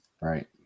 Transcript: Right